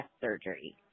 surgery